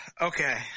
Okay